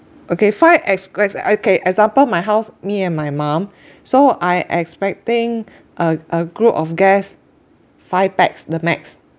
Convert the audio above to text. okay five ex~ ex~ okay example my house me and my mum so I expecting uh a group of guests five pax the max